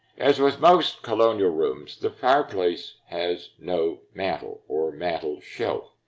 as with most colonial rooms, the fireplace has no mantel or mantel shelf.